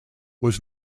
was